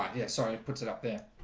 um yes, sorry, it puts it up there